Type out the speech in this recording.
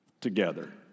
together